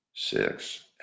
Six